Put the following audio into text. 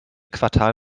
quartal